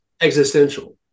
existential